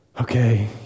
okay